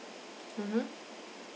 mmhmm